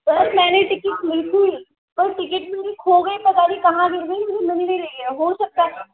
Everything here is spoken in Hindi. सर मैंने टिकट ली थी पर टिकट मेरी खो गई पता नहीं कहाँ गिर गई मुझे मिल नहीं रही है हो सकता